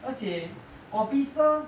而且 officer